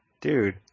dude